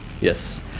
Yes